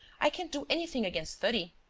i can't do anything against thirty.